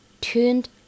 tuned